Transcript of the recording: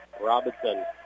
Robinson